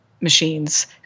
machines